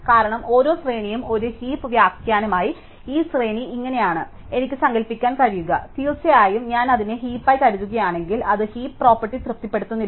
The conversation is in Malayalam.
കാരണം ഓരോ ശ്രേണിയും ഒരു ഹീപ് വ്യാഖ്യാനമായി ഈ ശ്രേണി ഇങ്ങനെയാണെന്ന് എനിക്ക് സങ്കൽപ്പിക്കാൻ കഴിയും തീർച്ചയായും ഞാൻ അതിനെ ഹീപായി കരുതുകയാണെങ്കിൽ അത് ഹീപ് പ്രോപ്പർട്ടി തൃപ്തിപ്പെടുത്തുന്നില്ല